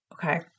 Okay